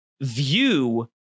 view